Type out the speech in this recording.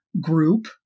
group